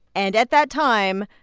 and at that time,